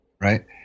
Right